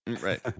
Right